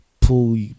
pull